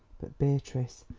but beatrice,